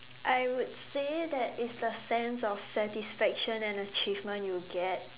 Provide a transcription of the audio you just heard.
I would say that is the sense of satisfaction and achievement you get